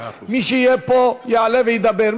ומי שיהיה פה יעלה וידבר.